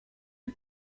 des